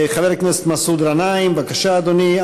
חבר הכנסת מסעוד גנאים, בבקשה, אדוני.